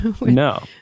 No